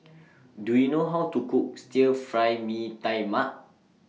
Do YOU know How to Cook Stir Fry Mee Tai Mak